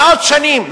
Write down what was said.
מאות שנים,